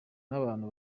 n’abantu